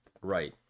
Right